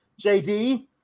JD